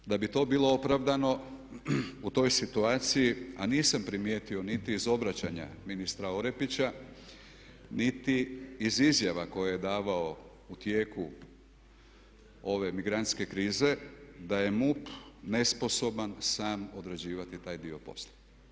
E sada, da bi to bilo opravdano u toj situaciji a nisam primijetio niti iz obraćanja ministra Orepića niti iz izjava koje je davao u tijeku ove migrantske krize da je MUP nesposoban sam odrađivati taj dio posla.